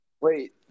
Wait